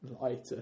Lighter